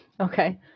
Okay